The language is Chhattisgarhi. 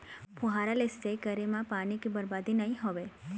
फुहारा ले सिंचई करे म पानी के बरबादी नइ होवय